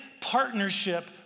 partnership